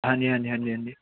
ਹਾਂਜੀ ਹਾਂਜੀ ਹਾਂਜੀ ਹਾਂਜੀ